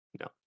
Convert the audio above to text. No